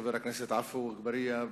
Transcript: חבר הכנסת עפו אגבאריה,